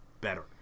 better